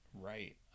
right